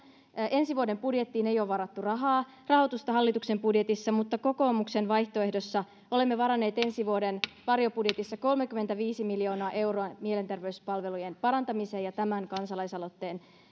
ensi vuoden budjettiin ei ole varattu rahoitusta hallituksen budjetissa mutta kokoomuksen vaihtoehdossa olemme varanneet ensi vuoden varjobudjetissa kolmekymmentäviisi miljoonaa euroa mielenterveyspalvelujen parantamiseen ja tämän kansalaisaloitteen